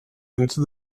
into